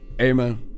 amen